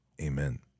amen